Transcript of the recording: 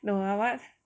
no lah what